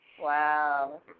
Wow